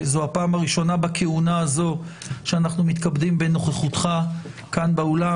זו הפעם הראשונה בכהונה זו שאנחנו מתכבדים בנוכחותך כאן באולם,